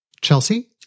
Chelsea